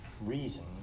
reason